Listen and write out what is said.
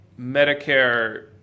Medicare